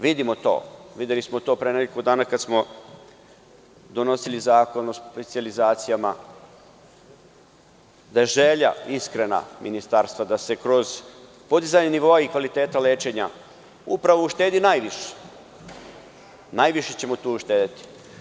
Vidimo to, videli smo to pre nekoliko dana kada smo donosili Zakon o specijalizacijama, da je želja Ministarstva iskrena da se kroz podizanje nivoa i kvaliteta lečenja upravo uštedi najviše, najviše ćemo tu uštedeti.